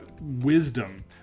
wisdom